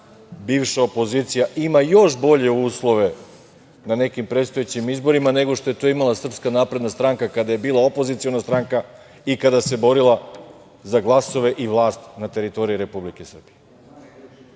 bivša opozicija ima još bolje uslove na nekim predstojećim izborima nego što je to imala SNS kada je bila opoziciona stranka i kada se borila za glasove i vlast na teritoriji Republike Srbije.